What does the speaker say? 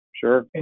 Sure